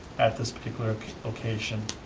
at this particular location,